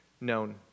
known